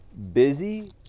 Busy